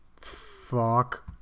Fuck